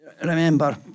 remember